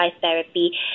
therapy